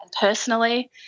personally